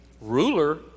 ruler